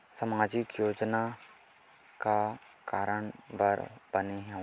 सामाजिक योजना का कारण बर बने हवे?